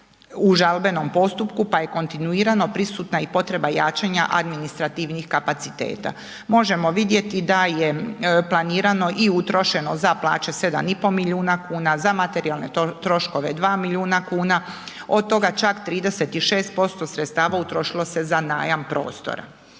u žalbenom postupku, pa je kontinuirano prisutna i potreba jačanja administrativnih kapaciteta, možemo vidjeti da je planirano i utrošeno za plaće 7,5 milijuna kuna, za materijalne troškove 2 milijuna kuna, od toga čak 36% sredstava utrošilo se za najam prostora,